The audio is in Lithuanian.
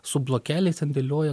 su blokeliais ten dėlioja